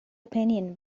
opinion